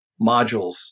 modules